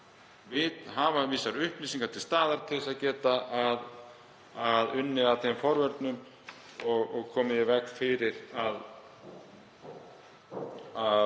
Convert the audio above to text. að hafa vissar upplýsingar til staðar til að geta unnið að forvörnum og komið í veg fyrir að